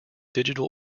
digital